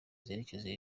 zerekeza